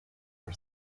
for